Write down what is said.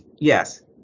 Yes